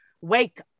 wake